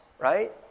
Right